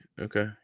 okay